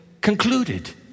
concluded